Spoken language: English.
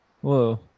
Whoa